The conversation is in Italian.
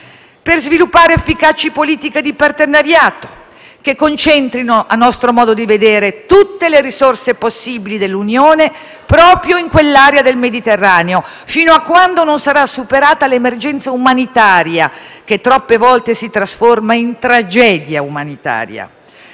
per sviluppare efficaci politiche di partenariato che concentrino, a nostro modo di vedere, tutte le risorse possibili dell'Unione proprio in quell'area del Mediterraneo fino a quando non sarà superata l'emergenza umanitaria, che troppe volte si trasforma in tragedia umanitaria.